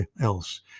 else